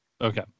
Okay